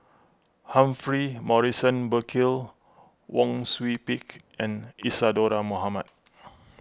Humphrey Morrison Burkill Wang Sui Pick and Isadhora Mohamed